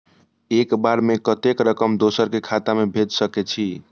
एक बार में कतेक रकम दोसर के खाता में भेज सकेछी?